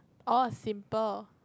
oh simple